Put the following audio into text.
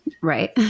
right